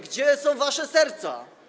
Gdzie są wasze serca?